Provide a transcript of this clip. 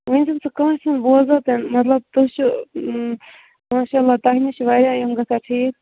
ونۍ چھ نہٕ سُہ کٲنٛسہِ ہُنٛد بوزان تہ مَطلَب تُہۍ چھو ماشاء اللہ تۄہہِ نش چھِ واریاہ گَژھان ٹھیٖک